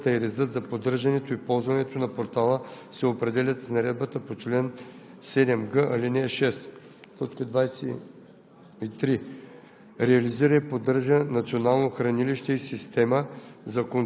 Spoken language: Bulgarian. и 23: „22. създава и поддържа Портал за разработчици; условията и редът за поддържането и ползването на Портала се определят с наредбата по чл. 7г, ал. 6; 23.